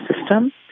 system